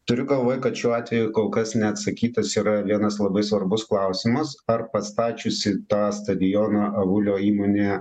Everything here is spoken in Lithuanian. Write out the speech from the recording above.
turiu galvoj kad šiuo atveju kol kas neatsakytas yra vienas labai svarbus klausimas ar pastačiusi tą stadioną avulio įmonė